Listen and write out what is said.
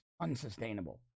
unsustainable